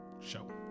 show